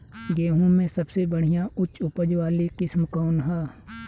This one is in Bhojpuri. गेहूं में सबसे बढ़िया उच्च उपज वाली किस्म कौन ह?